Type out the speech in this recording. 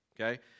okay